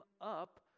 up